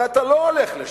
אבל אתה לא הולך לשם.